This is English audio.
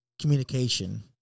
communication